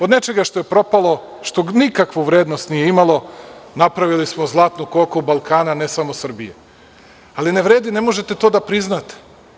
Od nečega što je propalo, što nikakvu vrednost nije imalo napravili smo zlatnu koku Balkana, ne samo Srbije, ali ne vredi, ne možete to da priznate.